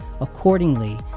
accordingly